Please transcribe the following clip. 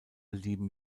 lieben